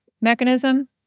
mechanism